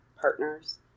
partners